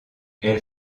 elle